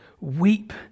weep